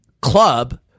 club